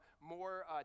more